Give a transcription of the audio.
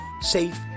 safe